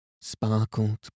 sparkled